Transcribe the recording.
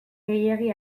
gehiegi